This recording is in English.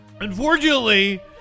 Unfortunately